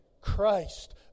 Christ